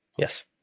yes